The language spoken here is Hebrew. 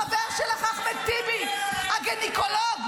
חבר שלך, אחמד טיבי, הגינקולוג,